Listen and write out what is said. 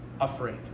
afraid